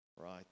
right